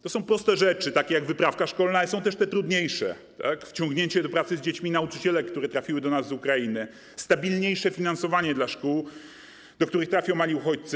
To są proste rzeczy, takie jak ˝Wyprawka szkolna˝, ale są też te trudniejsze: wciągnięcie do pracy z dziećmi nauczycielek, które trafiły do nas z Ukrainy, stabilniejsze finansowanie dla szkół, do których trafią mali uchodźcy.